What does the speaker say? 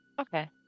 Okay